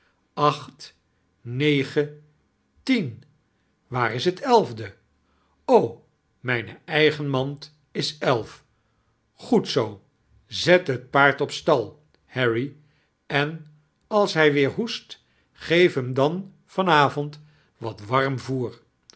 acht negen tien waar is het elide o mijcie edgen mand is elf groed zoo i zet het paard op stal harry en als hi weeir hoest geef hem dan van avond wat warm voer